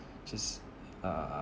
just uh